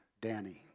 Danny